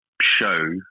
show